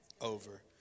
over